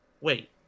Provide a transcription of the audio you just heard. wait